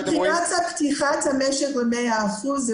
מבחינת פתיחת המשק למאה אחוז,